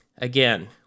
Again